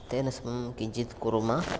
तेन समं किञ्चित् कुर्म